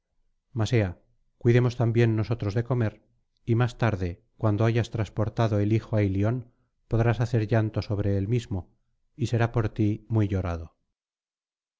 ea cuidemos también nosotros de comer y más tarde cuando hayas transportado el hijo á ilion podrás hacer llanto sobre el mismo y será por ti muy llorado